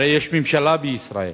הרי יש ממשלה בישראל.